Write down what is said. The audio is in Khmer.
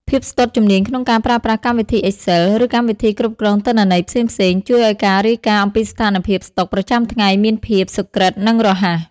ភាពស្ទាត់ជំនាញក្នុងការប្រើប្រាស់កម្មវិធី Excel ឬកម្មវិធីគ្រប់គ្រងទិន្នន័យផ្សេងៗ ជួយឱ្យការរាយការណ៍អំពីស្ថានភាពស្តុកប្រចាំថ្ងៃមានភាពសុក្រឹត និងរហ័ស។